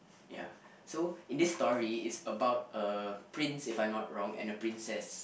ya so in this story it's about a prince if I'm not wrong and a princess